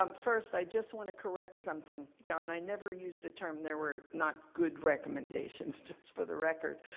um first, i just want to correct something. john, i never used the term, there were not good recommendations, just for the record.